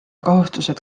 kohustused